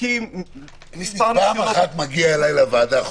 אפשר לשאול?